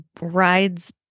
rides